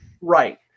Right